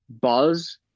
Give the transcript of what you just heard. Buzz